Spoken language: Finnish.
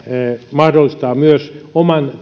mahdollistaa myös oman